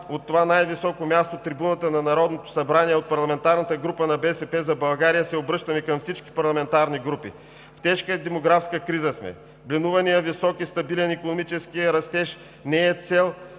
от това най-високо място – трибуната на Народното събрание, от парламентарната група на „БСП за България“ се обръщаме към всички парламентарни групи: в тежка демографска криза сме, бленуваният висок и стабилен икономически растеж не е цел,